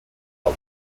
our